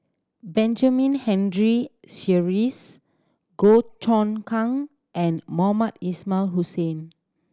Benjamin Henry Sheares Goh Choon Kang and Mohamed Ismail Hussain